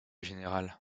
général